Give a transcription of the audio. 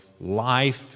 life